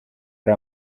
ari